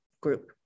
group